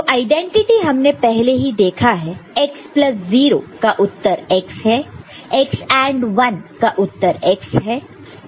जो आईडेंटिटी हमने पहले ही देखा है x प्लस 0 का उत्तर x है x AND 1 का उत्तर x है